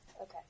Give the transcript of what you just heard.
Okay